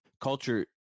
culture –